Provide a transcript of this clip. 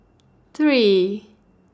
three